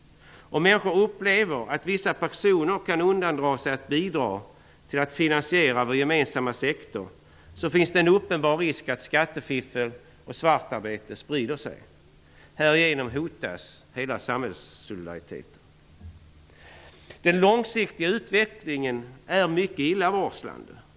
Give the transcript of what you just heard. Om människor upplever att vissa personer kan undandra sig att bidra till att finansiera vår gemensamma sektor finns det en uppenbar risk för att skattefiffel och svartarbete sprider sig. Härigenom hotas hela samhällssolidariteten. Den långsiktiga utvecklingen är mycket illavarslande.